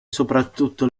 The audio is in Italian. soprattutto